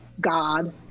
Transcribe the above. God